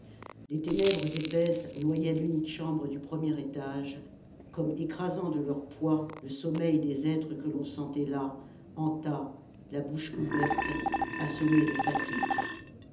des ténèbres épaisses noyaient l'unique chambre du premier étage comme écrasant de leur poids le sommeil des êtres que l'on sentait là en tas la bouche ouverte assommés de fatigue